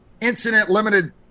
incident-limited